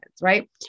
right